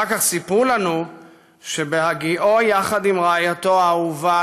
אחר כך סיפרו לנו שבהגיעו יחד עם רעייתו האהובה